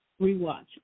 rewatch